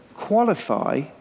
Qualify